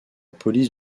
police